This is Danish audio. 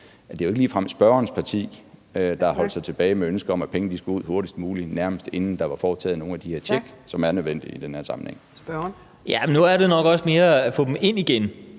det jo ikke ligefrem er spørgerens parti, der har holdt sig tilbage med ønsket om, at pengene skulle ud hurtigst muligt, nærmest inden der var foretaget nogen af de tjek, som er nødvendige i den her sammenhæng. Kl. 14:37 Fjerde næstformand (Trine